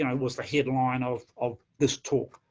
and and was the headline of of this talk,